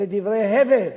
זה דברי הבל,